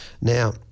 Now